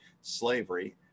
slavery